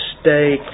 stay